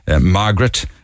Margaret